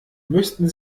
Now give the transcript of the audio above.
müssten